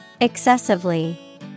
Excessively